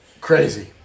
Crazy